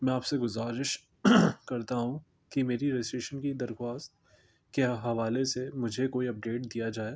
میں آپ سے گزارش کرتا ہوں کہ میری رجسٹریشن کی درخواست کے حوالے سے مجھے کوئی اپڈیٹ دیا جائے